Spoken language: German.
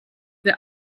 wir